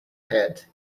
head